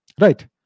right